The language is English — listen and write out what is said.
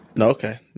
okay